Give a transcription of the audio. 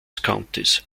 countys